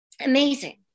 amazing